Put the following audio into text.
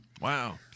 wow